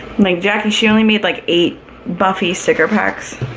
like jackie she only made like eight buffy sticker packs